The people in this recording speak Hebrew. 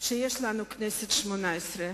שיש לנו הכנסת השמונה-עשרה,